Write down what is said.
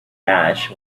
ash